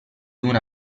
una